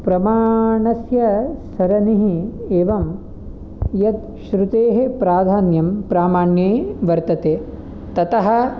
प्रमाणस्य सरणिः एवं यत् श्रुतेः प्राधान्यं प्रामाण्ये वर्तते ततः